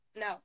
No